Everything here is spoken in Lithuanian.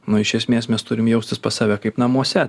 nu iš esmės mes turim jaustis pas save kaip namuose